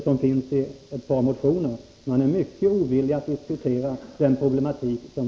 Herr talman!